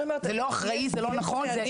זה לא אחראי וזה לא נכון.